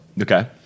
Okay